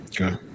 Okay